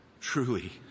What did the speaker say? truly